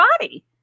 body